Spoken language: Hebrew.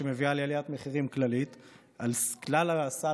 שמביאה לעליית מחירים כללית על כלל סל